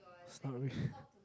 sorry